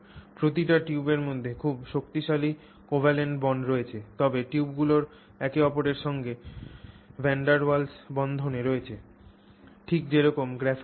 প্রতিটি টিউবের মধ্যে খুব শক্তিশালী কোভ্যালেন্ট বণ্ড রয়েছে তবে টিউবগুলির একে অপরের সঙ্গে ভ্যান ডের ওয়েলস বন্ধনে রয়েছে ঠিক যেরকম গ্রাফাইটে থাকে